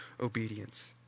obedience